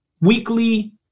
weekly